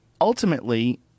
ultimately